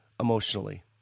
emotionally